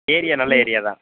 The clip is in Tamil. ஏரியா நல்ல ஏரியா தான்